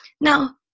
now